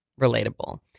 Relatable